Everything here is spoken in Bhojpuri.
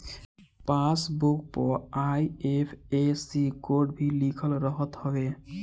पासबुक पअ आइ.एफ.एस.सी कोड भी लिखल रहत हवे